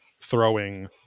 throwing